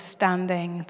standing